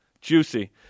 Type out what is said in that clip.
juicy